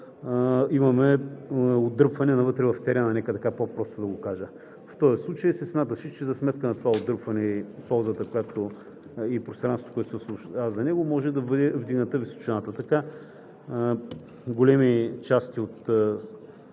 имаме отдръпване навътре в терена, нека така по-просто да го кажа. В този случай се смяташе, че за сметка на това отдръпване и пространството, което се освобождава за него, може да бъде вдигната височината. Така големи части от